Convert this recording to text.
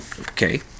Okay